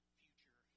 future